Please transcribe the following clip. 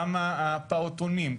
גם הפעוטונים,